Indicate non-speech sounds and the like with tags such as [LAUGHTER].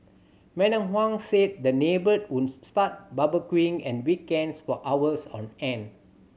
Madam Huang said the neighbour would start [UNINTELLIGIBLE] on weekends for hours on end